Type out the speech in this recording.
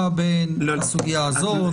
בין הסוגיה הזאת לחוק יסוד החקיקה.